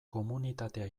komunitatea